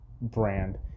brand